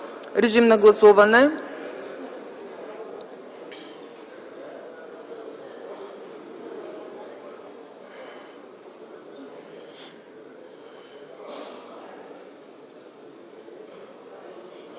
Режим на гласуване.